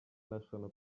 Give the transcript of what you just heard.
national